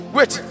Wait